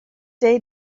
day